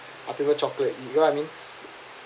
I prefer chocolate you get what I mean